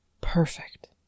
Perfect